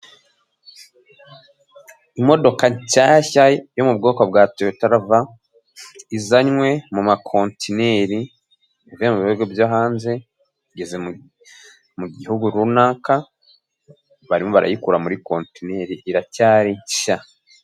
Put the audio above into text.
Imodoka nshyashya yo mu bwoko bwa toyota rava izanywe mu ma kontineri ivuye mu bihugu byo hanze igeze mu gihugu runaka barimo barayikura muri kontineri iracyari nshya.